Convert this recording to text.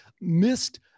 missed